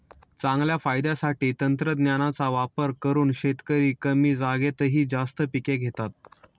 चांगल्या फायद्यासाठी तंत्रज्ञानाचा वापर करून शेतकरी कमी जागेतही जास्त पिके घेतात